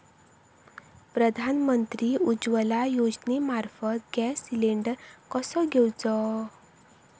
प्रधानमंत्री उज्वला योजनेमार्फत gas cylinder कसो घेऊचो?